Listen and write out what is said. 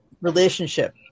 relationship